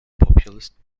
populist